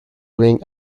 ring